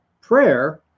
prayer